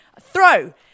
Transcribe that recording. Throw